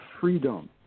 freedom